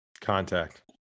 Contact